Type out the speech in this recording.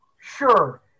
Sure